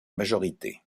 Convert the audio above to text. majorité